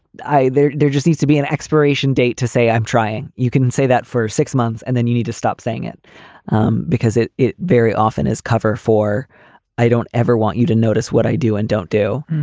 i. there there just needs to be an expiration date to say i'm trying. you can say that for six months and then you need to stop saying it um because it it very often is cover for i don't ever want you to notice what i do and don't do.